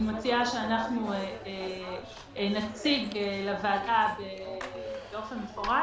אני מציעה שנציג לוועדה באופן מפורט